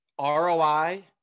roi